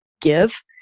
give